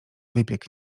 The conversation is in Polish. wypiek